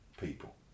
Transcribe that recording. people